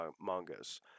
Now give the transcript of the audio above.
mangas